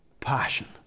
passion